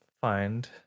find